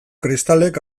kristalek